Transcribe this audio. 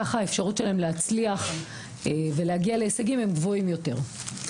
ככה האפשרות שלהם להצליח ולהגיע להישגים הם גבוהים יותר.